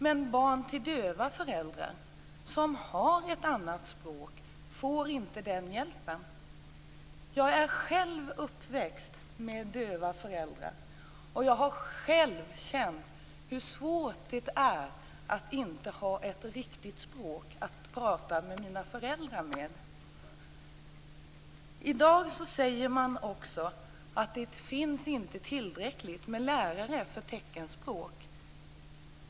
Men barn till döva föräldrar som har ett annat språk får inte den hjälpen. Jag är själv uppvuxen med döva föräldrar, och jag har själv känt hur svårt det är att inte ha ett riktigt språk att prata med mina föräldrar på. I dag säger man att det inte finns tillräckligt med lärare i teckenspråk.